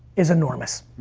is enormous.